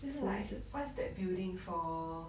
就是 like what's that building for